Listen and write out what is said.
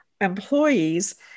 employees